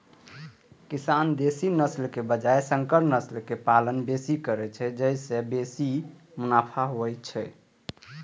किसान देसी नस्लक बजाय संकर नस्ल के पालन बेसी करै छै, जाहि सं बेसी मुनाफा होइ छै